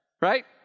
Right